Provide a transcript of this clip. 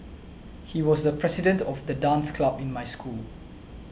he was the president of the dance club in my school